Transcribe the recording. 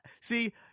See